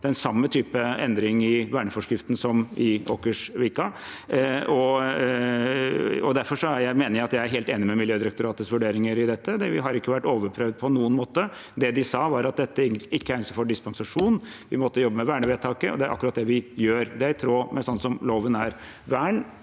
den samme type endring i verneforskriften som når det gjaldt Åkersvika. Derfor er jeg helt enig i Miljødirektoratets vurderinger av dette. Vi har ikke vært overprøvd på noen måte. Det de sa, var at dette ikke egnet seg for dispensasjon. Vi måtte jobbe med vernevedtaket, og det er akkurat det vi gjør. Det er i tråd med slik loven